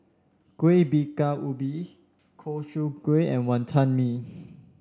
Kuih Bingka Ubi O Ku Kueh and Wantan Mee